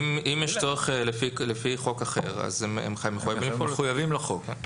אם יש צורך לפי חוק אחר, הם מחויבים לחוק.